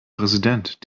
präsident